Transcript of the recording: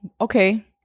Okay